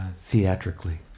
theatrically